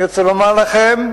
אני רוצה לומר לכם: